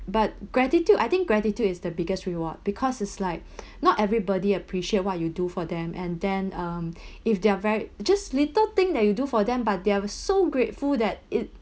but gratitude I think gratitude is the biggest reward because is like not everybody appreciate what you do for them and then um if they are very just little things that you do for them but they are so grateful that it